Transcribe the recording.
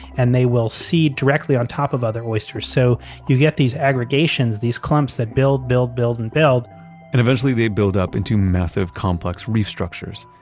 and they will seed directly on top of other oysters. so you get these aggregations, these clumps that build, build, build, and build and eventually they build up into massive complex reef structures,